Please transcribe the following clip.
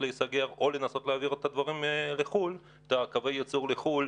להיסגר או לנסות להעביר את קווי הייצור לחו"ל,